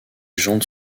jantes